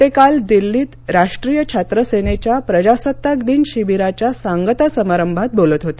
ते काल दिल्लीत राष्ट्रीय छात्र सेनेच्या प्रजासत्ताकदिन शिबिराच्या सांगता समारंभात बोलत होते